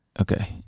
Okay